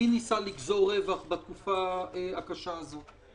מי ניסה לגזור רווח בתקופה הקשה הזאת.